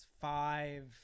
five